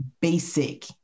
basic